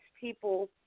people